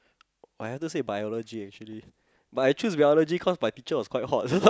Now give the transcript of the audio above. I had to say Biology actually but I choose Biology cause my teacher was quite hot